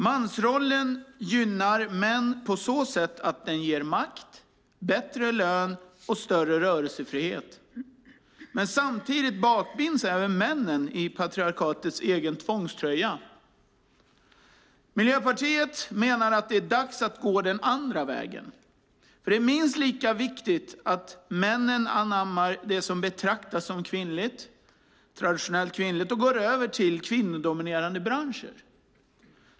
Mansrollen gynnar män på så sätt att den ger makt, bättre lön och större rörelsefrihet. Men samtidigt bakbinds även männen i patriarkatets egen tvångströja. Miljöpartiet menar att det är dags att gå den andra vägen. Det är minst lika viktigt att männen anammar det som betraktas som traditionellt kvinnligt och går över till kvinnodominerade branscher.